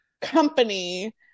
company